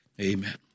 Amen